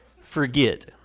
forget